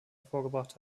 hervorgebracht